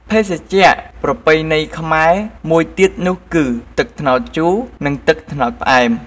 ភេសជ្ជៈប្រពៃណីខ្មែរមួយទៀតនោះគឺ ទឹកត្នោតជូរ និងទឹកត្នោតផ្អែម។